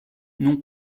non